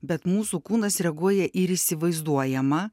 bet mūsų kūnas reaguoja ir įsivaizduojama